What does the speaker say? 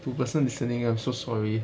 to person listening I'm so sorry